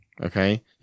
Okay